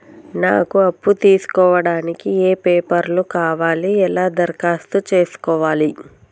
నాకు అప్పు తీసుకోవడానికి ఏ పేపర్లు కావాలి ఎలా దరఖాస్తు చేసుకోవాలి?